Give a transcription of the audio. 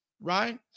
Right